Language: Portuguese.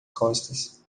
costas